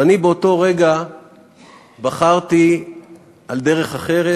ואני באותו רגע בחרתי דרך אחרת